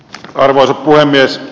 arvoisa puhemies